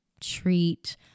treat